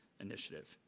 initiative